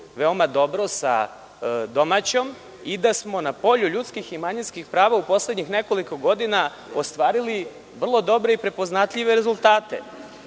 veoma dobro sa domaćom i da smo na polju ljudskih i manjinskih prava u poslednjih nekoliko godina ostvarili vrlo dobre i prepoznatljive rezultate. Prema